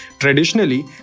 Traditionally